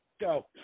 go